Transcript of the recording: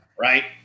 right